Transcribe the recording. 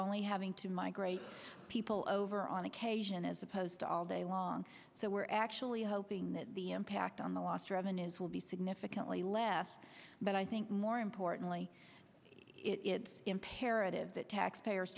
only having to migrate people over on occasion as opposed to all day long so we're actually hoping that the impact on the lost revenues will be significantly less but i think more importantly it's imperative that tax payers